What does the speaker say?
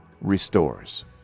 restores